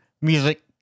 music